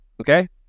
Okay